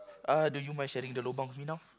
uh do you mind sharing the lobang with me now